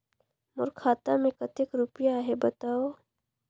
मोर खाता मे कतेक रुपिया आहे बताव?